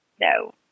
No